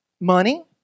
money